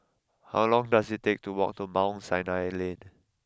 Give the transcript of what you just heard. how long does it take to walk to Mount Sinai Lane